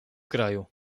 kraju